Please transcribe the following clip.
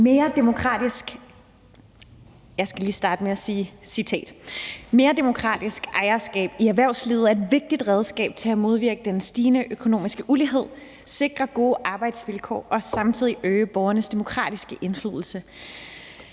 »Mere demokratisk ejerskab i erhvervslivet er et vigtigt redskab til at modvirke den stigende økonomiske ulighed, sikre gode arbejdsvilkår og samtidig øge borgernes demokratiske indflydelse